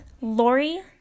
lori